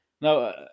Now